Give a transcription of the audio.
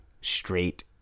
straight